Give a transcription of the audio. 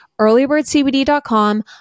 Earlybirdcbd.com